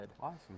Awesome